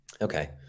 Okay